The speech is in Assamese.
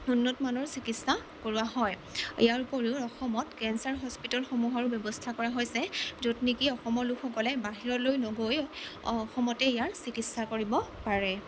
উন্নতমানৰ চিকিৎসা কৰোৱা হয় ইয়াৰ ওপৰিও অসমত কেঞ্চাৰ হস্পিতেলসমূহৰো ব্যৱস্থা কৰা হৈছে য'ত নেকি অসমৰ লোকসকলে বাহিৰলৈ নগৈ অসমতে ইয়াৰ চিকিৎসা কৰিব পাৰে